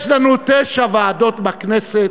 יש לנו תשע ועדות בכנסת.